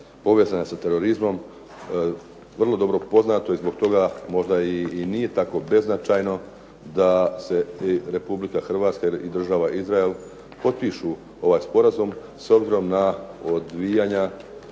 povezane sa terorizmom vrlo dobro poznato i zbog toga možda i nije tako beznačajno da se i Republika Hrvatska i Država Izrael potpišu ovaj sporazum s obzirom na odvijanja,